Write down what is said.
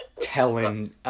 telling